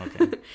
okay